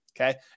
Okay